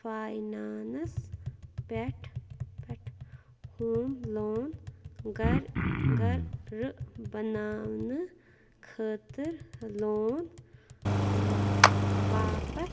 finance پٮ۪ٹھ پٮ۪ٹھ home loan گھر گھر گَرٕ بناونہٕ خٲطٕر لون اۭں باپتھ